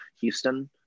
Houston